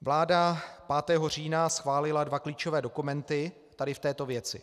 Vláda 5. října schválila dva klíčové dokumenty tady v této věci.